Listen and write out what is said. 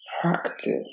practice